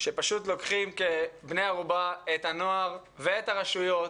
שפשוט לוקחים כבני ערובה את הנוער ואת הרשויות.